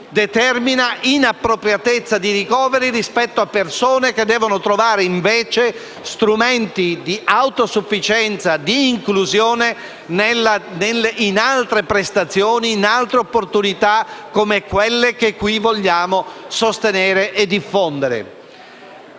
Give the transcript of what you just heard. determina inappropriatezza di ricoveri rispetto a persone che devono trovare invece strumenti di autosufficienza e di inclusione in altre prestazioni e in altre opportunità, come quelle che qui vogliamo sostenere e diffondere.